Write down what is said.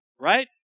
right